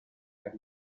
per